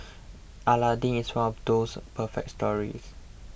Aladdin is one of those perfect stories